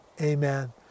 Amen